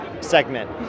segment